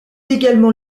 également